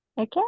okay